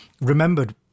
remembered